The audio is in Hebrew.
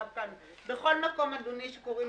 גם כאן, בכל מקום שכתוב "מנפיק"